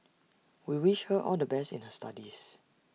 we wish her all the best in her studies